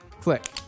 click